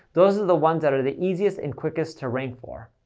those are the ones that are the easiest and quickest to rank for.